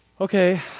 okay